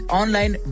online